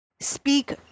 speak